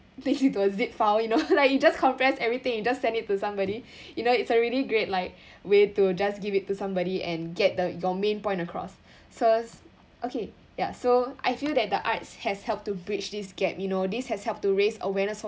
thing to a zip file you know like you just compress everything and just send it to somebody you know it's already great like way to just give it to somebody and get the your main point across so okay ya so I feel that the arts has helped to bridge this gap you know this has helped to raise awareness of